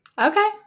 Okay